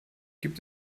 gibt